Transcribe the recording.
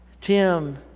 Tim